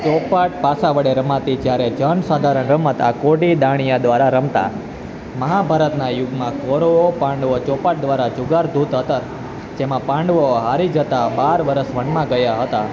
ચોપાટ પાસા વડે રમાતી જ્યારે જન સાધારણ રમત આ કોડી દાણિયા દ્વારા રમતા મહાભારતના યુગમાં કૌરવો પાંડવો ચોપાટ દ્વારા જુગાર ધુતાતર જેમાં પાંડવો હારી જતાં બાર વર્ષ વનમાં ગયાં હતાં